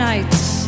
Nights